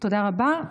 תודה רבה.